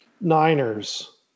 Niners